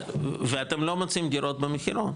ואתם לא מוצאים דירות במחירון.